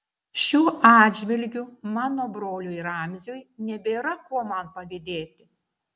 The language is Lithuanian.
šiuo atžvilgiu mano broliui ramziui nebėra ko man pavydėti